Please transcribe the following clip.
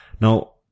Now